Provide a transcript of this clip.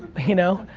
you know?